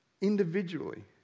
individually